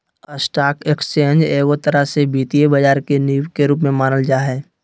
stock exchange एगो तरह से वित्तीय बाजार के नींव के रूप मे मानल जा हय